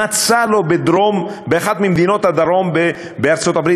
מצא לו באחת ממדינות הדרום בארצות-הברית